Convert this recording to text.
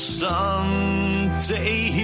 someday